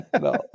no